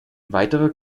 weitere